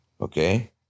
Okay